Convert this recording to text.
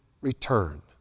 return